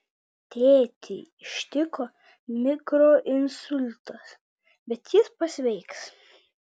tėtį ištiko mikroinsultas bet jis pasveiks